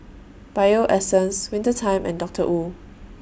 Bio Essence Winter Time and Doctor Wu